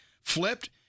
Flipped